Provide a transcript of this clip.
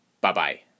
Bye-bye